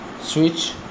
switch